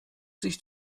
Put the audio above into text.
sich